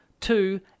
Two